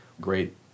great